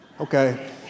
Okay